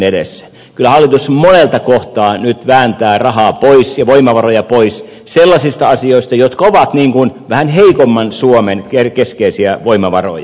kyllä hallitus monelta kohtaa nyt vääntää rahaa pois ja voimavaroja pois sellaisista asioista jotka ovat vähän heikomman suomen keskeisiä voimavaroja